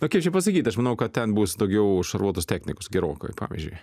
nu kaip čia pasakyt aš manau kad ten bus daugiau šarvuotos technikos gerokai pavyzdžiui